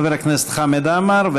חבר הכנסת חמד עמאר,